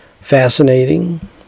fascinating